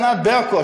ענת ברקו,